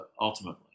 ultimately